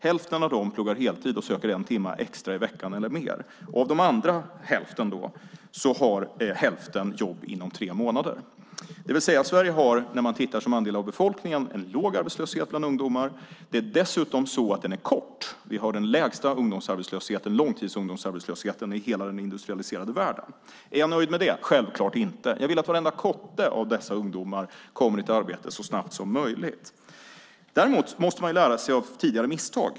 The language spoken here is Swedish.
Hälften av dem pluggar heltid och söker en timma extra i veckan eller mer. Av den andra hälften har hälften jobb inom tre månader. Sverige har alltså, när man tittar på det som andel av befolkningen, en låg arbetslöshet bland ungdomar. Den är dessutom kort. Vi har den lägsta långtidsungdomsarbetslösheten i hela den industrialiserade världen. Är jag nöjd med det? Självklart inte. Jag vill att varenda kotte av dessa ungdomar kommer i ett arbete så snabbt som möjligt. Däremot måste man lära sig av tidigare misstag.